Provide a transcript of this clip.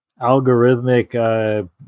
algorithmic